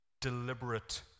Deliberate